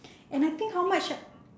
and I think how much